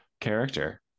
character